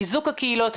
חיזוק הקהילות,